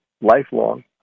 lifelong